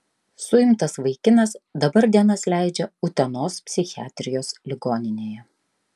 suimtas vaikinas dabar dienas leidžia utenos psichiatrijos ligoninėje